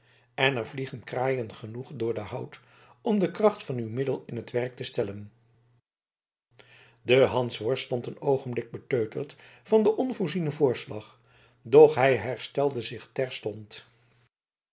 en er vliegen kraaien genoeg door den hout om de kracht van uw middel in t werk te stellen de hansworst stond een oogenblik beteuterd van den onvoorzienen voorslag doch hij herstelde zich terstond